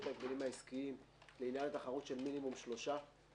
ההגבלים העסקיים לעניין התחרות של מינימום שלושה.